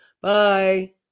Bye